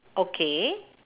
okay